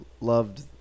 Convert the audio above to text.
loved